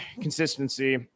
consistency